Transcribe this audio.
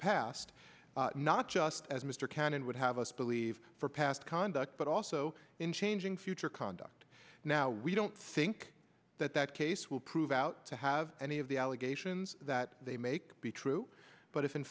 past not just as mr cannon would have us believe for past conduct but also in changing future conduct now we don't think that that case will prove out to have any of the allegations that they make be true but if in